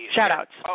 Shout-outs